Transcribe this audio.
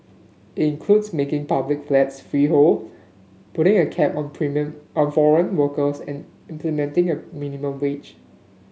includes making public flats freehold putting a cap on on foreign workers and implementing a minimum wage